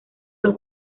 los